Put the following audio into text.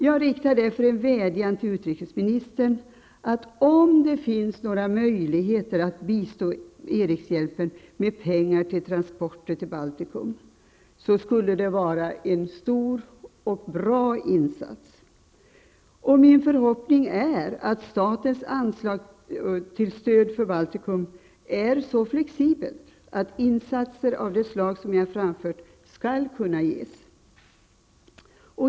Jag riktar därför en vädjan till utrikesministern, att om det finns några möjligheter, bistå Erikshjälpen med pengar för transporter till Baltikum. Det vore en stor och god insats. Min förhoppning är att statens anslag till stöd åt Baltikum är så flexibelt att insatser av det slag som jag har berört skall kunna ges.